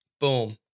boom